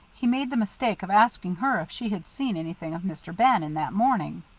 he made the mistake of asking her if she had seen anything of mr. bannon that morning.